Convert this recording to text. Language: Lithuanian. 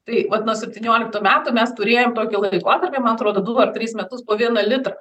tai vat nuo septynioliktų metų mes turėjom tokį laikotarpį man atrodo du ar tris metus po vieną litrą